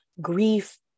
grief